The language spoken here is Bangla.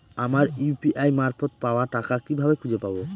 আমার ইউ.পি.আই মারফত পাওয়া টাকা কিভাবে খুঁজে পাব?